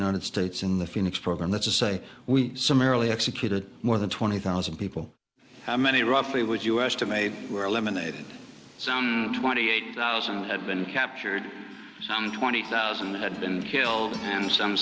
united states in the phoenix program that's to say we summarily executed more than twenty thousand people how many roughly would you estimate were eliminated so twenty eight thousand had been captured some twenty thousand had been killed and some